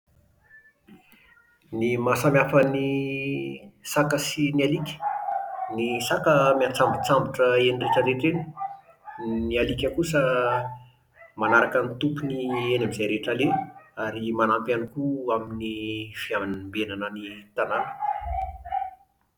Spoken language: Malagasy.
Ny mahasamihafa ny saka sy ny alika: ny saka miantsambontsabotra eny rehetra eny. Ny alika kosa manaraka ny tompony eny amin'izay rehetra aleha ary manampy ihany koa amin'ny fiam-mbenana ny tanàna